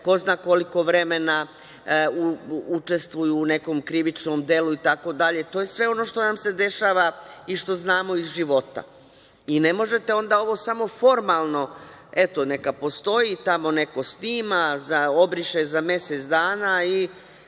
ko zna koliko vremena učestvuju u nekom krivičnom delu itd. To je sve ono što nam se dešava i što znamo iz života. Ne možete onda ovo samo formalno, eto, neka postoji, tamo neko snima, obriše za mesec dana i